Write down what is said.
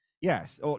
Yes